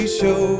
show